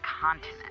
continent